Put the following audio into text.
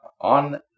on